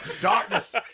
Darkness